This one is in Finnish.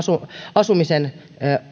asumisen